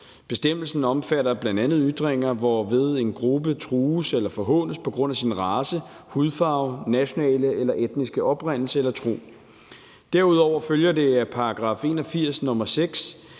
Bestemmelsen omfatter bl.a. ytringer, hvorved en gruppe trues eller forhånes på grund af sin race, hudfarve, nationale eller etniske oprindelse eller tro. Derudover følger det af § 81, nr. 6,